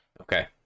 Okay